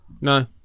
No